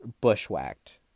bushwhacked